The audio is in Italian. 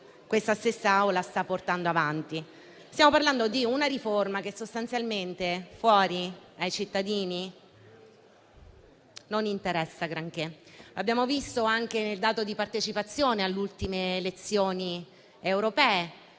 stessa Assemblea sta portando avanti. Stiamo parlando di una riforma che sostanzialmente fuori, ai cittadini, non interessa granché. Abbiamo visto anche il dato di partecipazione alle ultime elezioni europee,